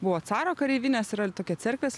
buvo caro kareivinės yra ir tokie cerkvės